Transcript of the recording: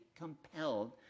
compelled